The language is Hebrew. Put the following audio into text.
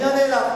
אני אענה לך.